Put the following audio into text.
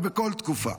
ובכל תקופה.